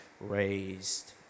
raised